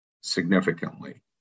significantly